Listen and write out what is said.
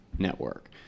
Network